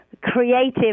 creative